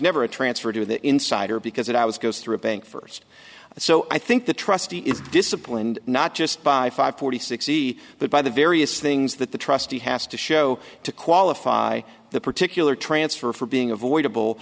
never a transfer to the insider because it i was goes through a bank first so i think the trustee is disciplined not just by five hundred sixty but by the various things that the trustee has to show to qualify the particular transfer for being avoidable